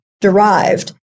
derived